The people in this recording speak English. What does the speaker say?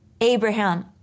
Abraham